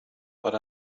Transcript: but